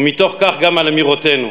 ומתוך כך על אמירותינו,